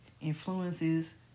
influences